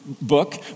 book